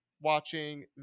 watching